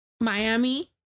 miami